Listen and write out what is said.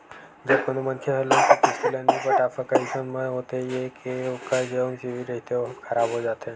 जब कोनो मनखे ह लोन के किस्ती ल नइ पटा सकय अइसन म होथे ये के ओखर जउन सिविल रिहिथे ओहा खराब हो जाथे